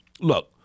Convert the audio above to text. look